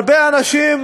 הרבה אנשים